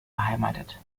beheimatet